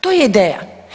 To je ideja.